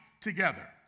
together